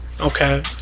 Okay